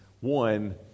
one